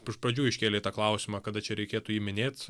iš pradžių iškėlei tą klausimą kada čia reikėtų jį minėt